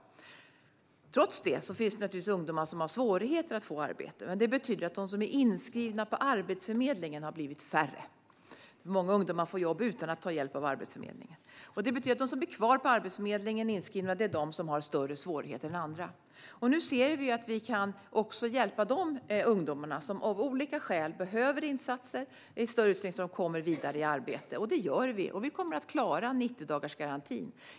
Trots det finns det naturligtvis ungdomar som har svårigheter att få arbete. Det betyder att de som är inskrivna på Arbetsförmedlingen har blivit färre. Många ungdomar får jobb utan att ta hjälp av Arbetsförmedlingen. Det betyder att de som blir kvar inskrivna på Arbetsförmedlingen är de som har större svårigheter än andra. Nu ser vi att vi också kan hjälpa de ungdomarna, som av olika skäl behöver insatser i större utsträckning så att de kommer vidare i arbete. Det gör vi. Vi kommer att klara 90-dagarsgarantin.